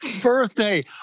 birthday